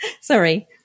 sorry